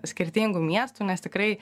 skirtingų miestų nes tikrai